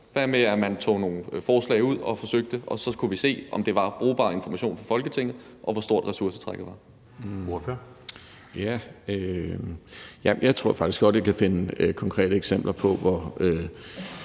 Hvad med, at man tog nogle forslag ud og forsøgte med dem? Og så kunne vi se, om det var brugbar information for Folketinget, og hvor stort ressourcetrækket var.